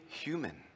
human